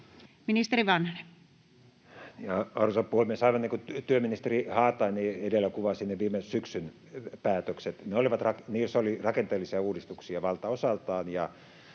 Ministeri Vanhanen. Arvoisa puhemies! Aivan niin kuin työministeri Haatainen edellä kuvasi, viime syksyn päätöksissä oli rakenteellisia uudistuksia valtaosaltaan,